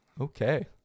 Okay